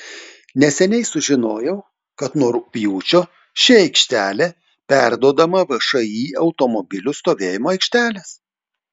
neseniai sužinojau kad nuo rugpjūčio ši aikštelė perduodama všį automobilių stovėjimo aikštelės